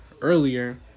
earlier